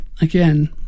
again